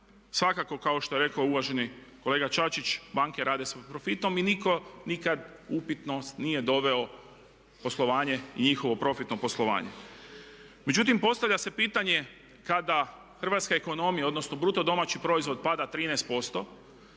Svakako kao što je rekao uvaženi kolega Čačić, banke rade sa profitom i nitko nikada u upitnost nije doveo poslovanje i njihovo profitno poslovanje. Međutim, postavlja se pitanje kada hrvatska ekonomija odnosno bruto domaći proizvod pada 13%,